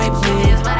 please